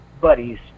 buddies